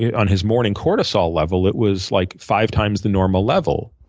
on his morning cortisol level, it was like five times the normal level.